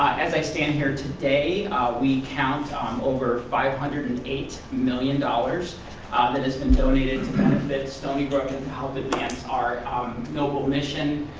as i stand here today we count on five hundred and eight million dollars that has been donated to benefit stony brook and help advance our noble mission.